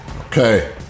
Okay